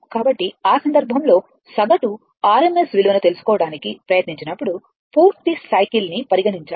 కాబట్టి ఆ సందర్భంలో సగటు RMS విలువను తెలుసుకోవడానికి ప్రయత్నించినప్పుడు పూర్తి సైకిల్ ని పరిగణించాలి